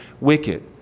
wicked